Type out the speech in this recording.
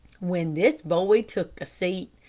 when this boy took a seat,